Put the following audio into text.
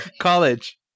College